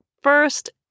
first